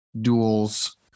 duels